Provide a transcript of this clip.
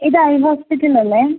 ഇത് ഐ ഹോസ്പിറ്റലല്ലേ